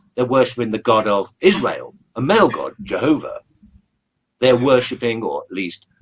they're worshiping the god of israel a male god, jehovah they're worshiping or at least